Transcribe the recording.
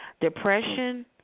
Depression